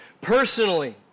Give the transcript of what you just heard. Personally